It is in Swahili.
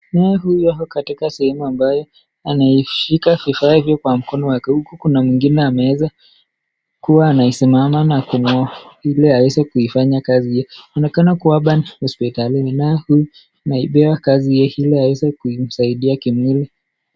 Na huyu hapa katika sehemu ambayo anaishika vifaa hivyo kwa mkono wake huku kuna mwingine ameweza kuwa anaisimama na kumuonyesha vile aweze kuifanya kazi. Wanaonekana kuwa wako hospitalini na huyu anayepewa kazi ile aweze kumsaidia kimwili.